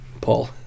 Paul